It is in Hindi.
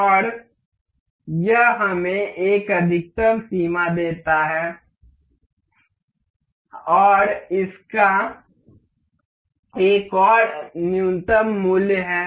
और यह हमें एक अधिकतम सीमा देता है और इसका एक और यह न्यूनतम मूल्य है